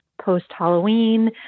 post-Halloween